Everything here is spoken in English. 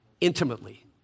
intimately